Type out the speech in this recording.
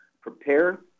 Prepare